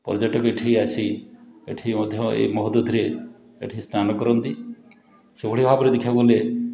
ପର୍ଯ୍ୟଟକ ଏଠିକି ଆସି ଏଠି ମଧ୍ୟ ଏ ମହୋଦଧିରେ ଏଠି ସ୍ନାନ କରନ୍ତି ସେଇଭଳି ଭାବରେ ଦେଖିବାକୁ ଗଲେ